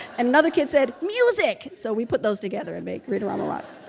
another kid said music so we put those together and made read-a-rama rocks.